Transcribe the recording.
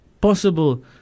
possible